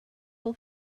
will